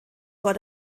vor